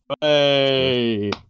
Hey